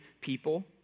people